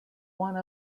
one